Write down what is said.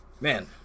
man